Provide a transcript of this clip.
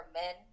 men